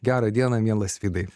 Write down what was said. gerą dieną mielas vydai